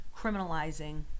criminalizing